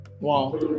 wow